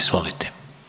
Izvolite.